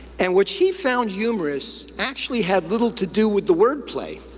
and what she found humorous actually had little to do with the wordplay.